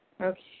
Okay